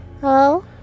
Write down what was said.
Hello